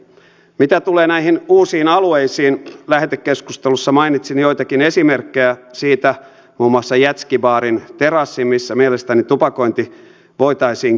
mitä tulee näihin uusiin alueisiin lähetekeskustelussa mainitsin joitakin esimerkkejä siitä muun muassa jätskibaarin terassin missä mielestäni tupakointi voitaisiin kieltää